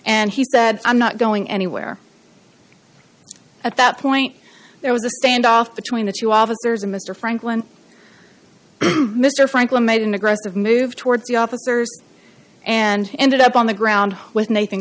and he said i'm not going anywhere so at that point there was a standoff between the two officers and mr franklin mr franklin made an aggressive move towards the officers and ended up on the ground with nathan